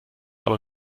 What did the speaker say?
aber